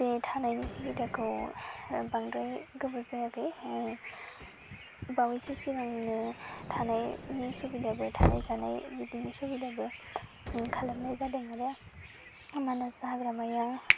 बे थानायनि सुबिदाखौ बांद्राय गोबाव जायाखै बावैसो सिगांनो थानायनि सुबिदाबो थानाय जानाय बिदिनो सुबिदाबो खालामनाय जादोंमोन आरो मानास हाग्रामायाव